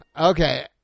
Okay